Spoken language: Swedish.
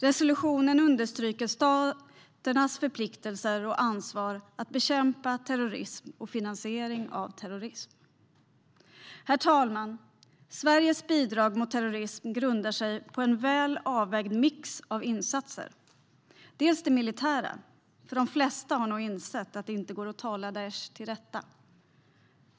Resolutionen understryker staternas förpliktelser och ansvar för att bekämpa terrorism och finansiering av terrorism. Herr talman! Sveriges bidrag mot terrorism grundar sig på en väl avvägd mix av insatser. En del är det militära, för de flesta har nog insett att det inte går att tala Daish till rätta.